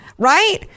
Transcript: right